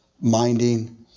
minding